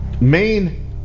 main